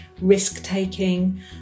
risk-taking